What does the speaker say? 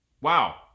wow